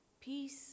Peace